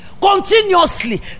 Continuously